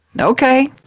Okay